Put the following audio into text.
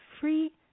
free